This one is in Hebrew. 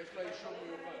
יש לה אישור מיוחד.